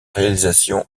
réalisation